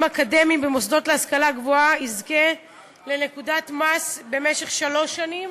אקדמיים במוסד להשכלה גבוהה יזכה לנקודת מס במשך שלוש שנים,